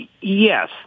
Yes